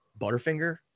Butterfinger